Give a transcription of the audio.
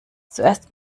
zuerst